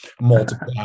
multiple